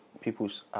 people's